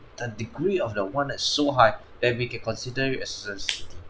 the degree of the want is so high that we can consider it as a necessity